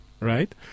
Right